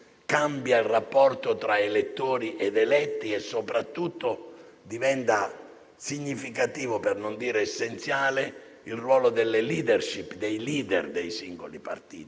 cambia il rapporto tra elettori ed eletti e soprattutto diventa significativo, per non dire essenziale, il ruolo delle *leadership* e dei *leader* dei singoli partiti),